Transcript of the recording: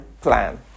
plan